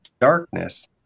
darkness